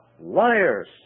liars